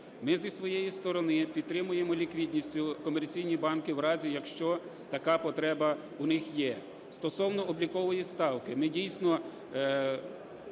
Ми зі своєї сторони підтримуємо ліквідністю комерційні банки в разі, якщо така потреба у них є. Стосовно облікової ставки. Ми дійсно